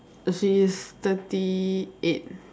she is thirty eight